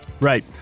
Right